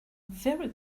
very